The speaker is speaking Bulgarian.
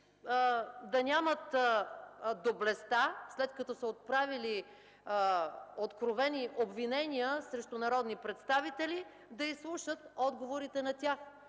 да нямат доблестта, след като са отправили откровени обвинения срещу народни представители, да изслушат техните